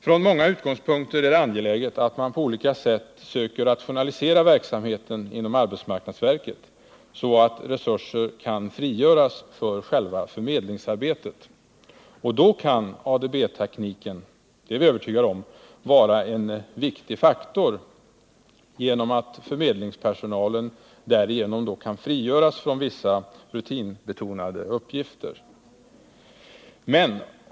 Från många utgångspunkter är det angeläget att man på olika sätt söker rationalisera verksamheten inom arbetsmarknadsverket, så att resurser kan frigöras för själva förmedlingsarbetet. Då kan ADB-tekniken — det är jag övertygad om — vara en viktig faktor genom att förmedlingspersonalen därigenom kan frigöras från vissa rutinbetonade uppgifter.